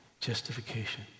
justification